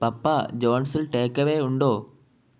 പപ്പാ ജോൺസിൽ take away ഉണ്ടോ